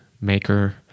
maker